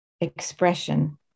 expression